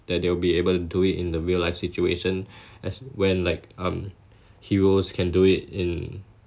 that they will be able to do it in the real life situation as when like um heroes can do it in